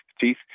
teeth